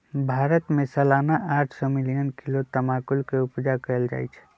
भारत में सलाना आठ सौ मिलियन किलो तमाकुल के उपजा कएल जाइ छै